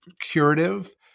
curative